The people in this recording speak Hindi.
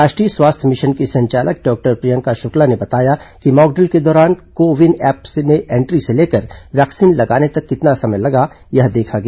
राष्ट्रीय स्वास्थ्य मिशन की संचालक डॉक्टर प्रियंका शुक्ला ने बताया कि मॉकड्रिल के दौरान को विन ऐप में एंट्री से लेकर वैक्सीन लगाने तक कितना समय लगा यह देखा गया